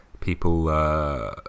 people